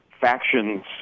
factions